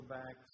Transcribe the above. back